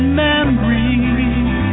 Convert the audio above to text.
memories